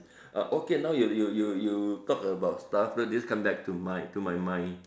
uh okay now you you you you talk about starfruit this come back to mind to my mind